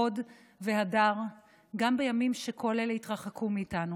הוד והדר גם בימים שכל אלה התרחקו מאיתנו.